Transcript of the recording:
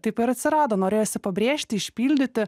taip ir atsirado norėjosi pabrėžti išpildyti